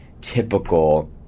typical